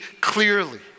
clearly